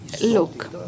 look